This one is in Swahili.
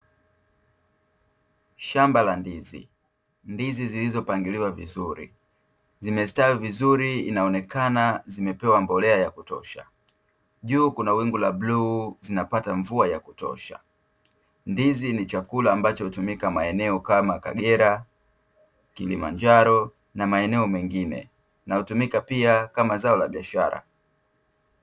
Shamba la ndizi, ndizi zilizopangiliwa vizuri. Zimestawi vizuri inaonekana zimepewa mbolea ya kutosha juu kuna wingu la bluu, zinapata mvua ya kutosha. Ndizi ni chakula ambacho hutumika maeneo kama Kagera, Kilimanjaro na maeneo mengine na hutumika pia kama zao la biashara.